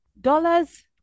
Dollars